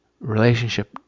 relationship